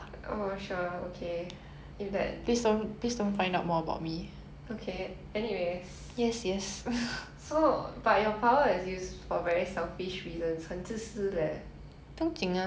oh sure okay if that okay anyways so but your power is used for very selfish reasons 很自私 leh